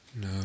No